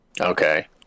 Okay